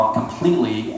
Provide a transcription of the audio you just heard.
completely